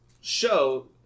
show